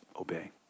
obey